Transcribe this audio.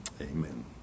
Amen